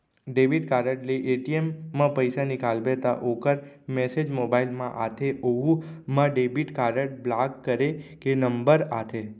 debit card ले ATM म पइसा निकालबे त ओकर मेसेज मोबाइल म आथे ओहू म डेबिट कारड ब्लाक करे के नंबर आथे